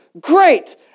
great